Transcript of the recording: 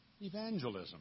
evangelism